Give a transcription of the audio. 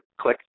click